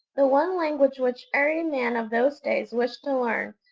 the one language which every man of those days wished to learn,